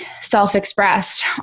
self-expressed